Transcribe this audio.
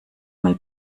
mal